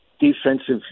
defensive